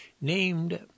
named